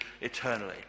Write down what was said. eternally